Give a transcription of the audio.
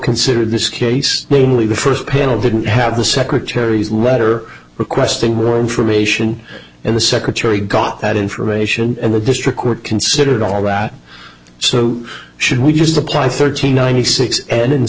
consider this case namely the first panel didn't have the secretary's letter requesting were information and the secretary got that information and the district court considered all that so should we just apply thirteen ninety six and